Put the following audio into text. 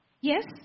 Yes